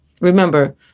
Remember